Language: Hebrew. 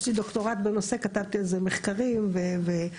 יש לי דוקטורט בנושא, כתבתי על זה מחקרים ודוחות.